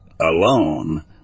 alone